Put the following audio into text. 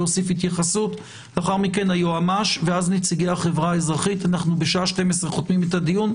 ב-12:00 נסיים את הדיון.